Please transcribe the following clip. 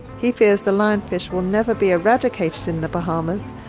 he fears the lionfish will never be eradicated in the bahamas,